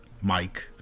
Mike